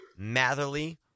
Matherly